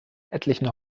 etlichen